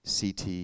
CT